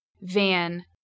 van